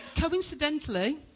coincidentally